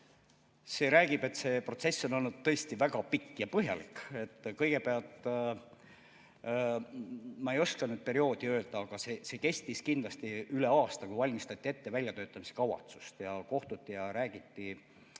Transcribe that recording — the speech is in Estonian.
See räägib sellest, et protsess on olnud tõesti väga pikk ja põhjalik. Kõigepealt, ma ei oska nüüd perioodi öelda, aga see kestis kindlasti üle aasta, kui valmistati ette väljatöötamiskavatsust. Siis kohtuti ja räägiti